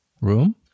room